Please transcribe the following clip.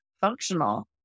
functional